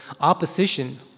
opposition